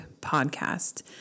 podcast